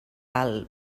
alt